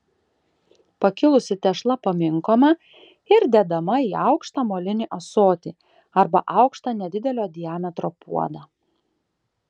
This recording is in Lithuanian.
pakilusi tešla paminkoma ir dedama į aukštą molinį ąsotį arba aukštą nedidelio diametro puodą